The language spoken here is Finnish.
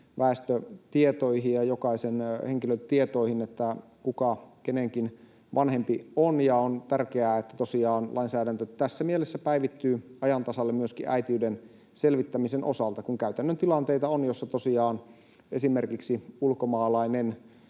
väestötietoihin ja jokaisen henkilötietoihin, kuka kenenkin vanhempi on, ja on tärkeää, että tosiaan lainsäädäntö tässä mielessä päivittyy ajan tasalle myöskin äitiyden selvittämisen osalta — kun käytännön tilanteita on, joissa tosiaan esimerkiksi ulkomaalainen